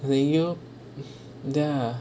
oh you know ya